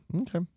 Okay